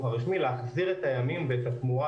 הרשמי להחזיר את הימים ואת התמורה,